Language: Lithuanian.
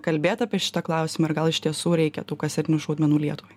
kalbėt apie šitą klausimą ir gal iš tiesų reikia tų kasetinių šaudmenų lietuvai